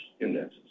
indexes